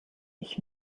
ich